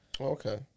Okay